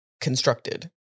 constructed